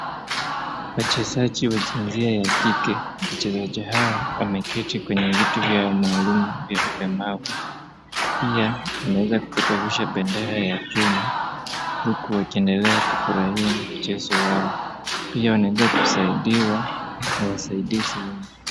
Wachezaji wa jinsia ya kike. Wachezaji hawa wameketi kwenye viti vya maalum vya ulemavu. Pia wameweza kupeperusha bendera ya Kenya huku wakiendelea kufurahia mchezo wao. Pia wanaeza kusaidiwa na wasaidizi wao.